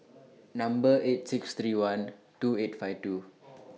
Number eight six three one two eight five two